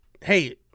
hey